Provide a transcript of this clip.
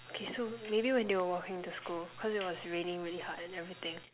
okay so maybe when they were walking to school because it was raining really hard and everything